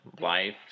life